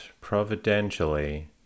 providentially